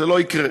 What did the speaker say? זה לא יקרה.